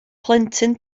plentyn